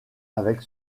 avec